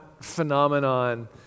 phenomenon